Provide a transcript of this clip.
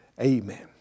amen